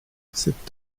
cet